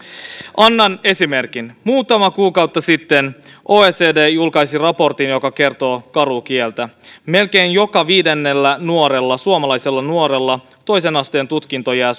annan esimerkin muutama kuukausi sitten oecd julkaisi raportin joka kertoo karua kieltä melkein joka viidennellä suomalaisella nuorella toisen asteen tutkinto jää